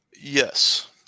Yes